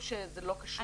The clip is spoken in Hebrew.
או שזה לא קשור?